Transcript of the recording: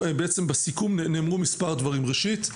נאמרו מספר דברים: ראשית,